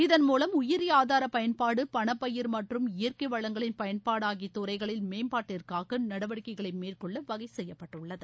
இதன்மூலம் உயிரி ஆதார பயன்பாடு பணப்பயிர் மற்றும் இயற்கை வளங்களின் பயன்பாடு ஆகிய துறைகளில் மேம்பாட்டிற்காக நடவடிக்கைகளை மேற்கொள்ள வகை செய்யப்பட்டுள்ளது